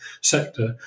sector